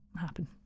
happen